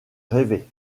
rêvait